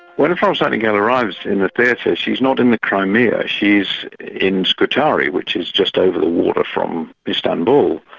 when florence nightingale arrives in the theatre, she's not in the crimea, she's in scutari, which is just over the water from istanbul,